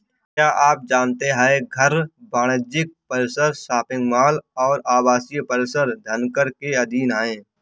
क्या आप जानते है घर, वाणिज्यिक परिसर, शॉपिंग मॉल और आवासीय परिसर धनकर के अधीन हैं?